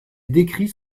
décrits